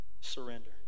surrender